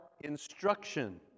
instruction